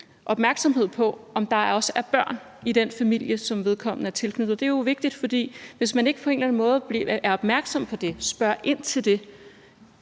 opmærksomhed på, om der også er børn i den familie, som vedkommende er tilknyttet. Det er jo vigtigt, for hvis man ikke på en eller anden måde er opmærksom på det og spørger ind til det